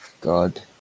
god